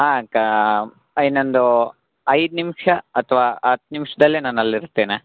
ಹಾಂ ಅಕ್ಕ ಇನ್ನೊಂದು ಐದು ನಿಮಿಷ ಅಥ್ವಾ ಹತ್ತು ನಿಮಿಷ್ದಲ್ಲೇ ನಾನು ಅಲ್ಲಿ ಇರ್ತೇನೆ